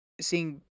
seeing